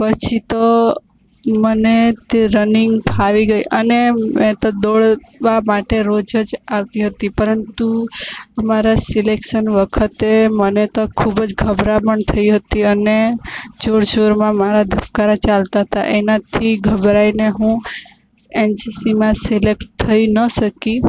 પછી તો મને તે રનિંગ ફાવી ગઈ અને મેં તો દોડવા માટે રોજ જ આવતી હતી પરંતુ મારા સિલેક્સન વખતે મને તો ખૂબ જ ગભરામણ થઈ હતી અને જોર જોરમાં મારા ધબકારા ચાલતા હતા એનાથી ગભરાઈને હું એનસીસીમાં સિલેકટ થઈ ન શકી